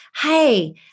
hey